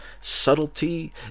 subtlety